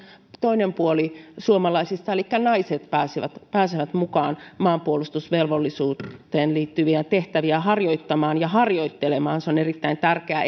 toinen puoli suomalaisista elikkä naiset pääsevät pääsevät mukaan maanpuolustusvelvollisuuteen liittyviä tehtäviä harjoittamaan ja harjoittelemaan se on erittäin tärkeää